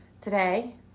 Today